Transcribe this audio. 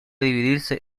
dividirse